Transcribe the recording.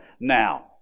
now